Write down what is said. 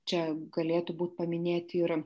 čia galėtų būt paminėti ir